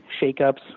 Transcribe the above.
shakeups